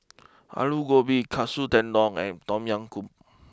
Alu Gobi Katsu Tendon and Tom Yam Goong